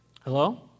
Hello